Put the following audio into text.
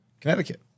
Connecticut